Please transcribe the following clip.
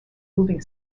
moving